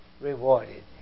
rewarded